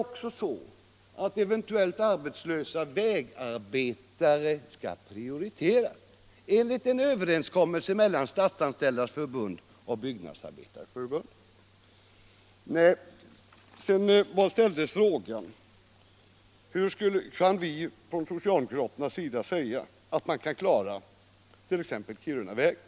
Och då skall eventuellt arbetslösa vägarbetare prioriteras enligt en överenskommelse mellan Statsanställdas förbund och Byggnadsarbetareförbundet. Sedan ställdes frågan hur vi från socialdemokraternas sida kan säga att man kan klara t.ex. Kirunavägen.